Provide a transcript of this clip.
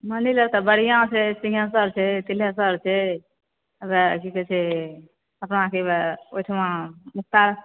मानै लए तऽ बढ़िऑं छै सिन्घेश्वर छै तिलेश्वर छै की कहै छै ओहिठमा